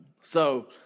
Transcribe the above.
So-